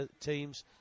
teams